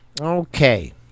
Okay